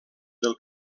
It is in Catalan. del